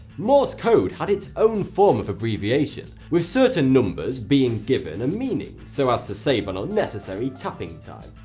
morse code had its own form of abbreviation, with certain numbers being given a meaning so as to save on unnecessary tapping time.